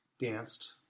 Danced